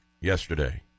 yesterday